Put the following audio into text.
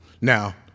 Now